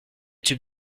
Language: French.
tube